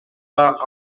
pas